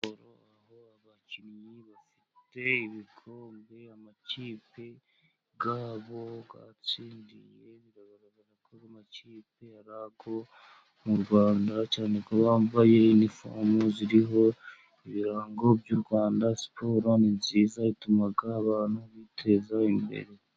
Aho abakinnyi bafite ibikombe, amakipe ya bo yatsindiye, biragaragara ko amakipe ari ayo mu Rwanda cyane ko bambaye inifomu ziriho ibirango by'u Rwanda, siporo ni nziza Ituma abantu biteza imbere.